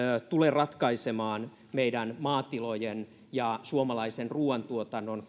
tule ratkaisemaan meidän maatilojen ja suomalaisen ruoantuotannon